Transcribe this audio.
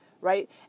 right